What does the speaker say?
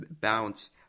bounce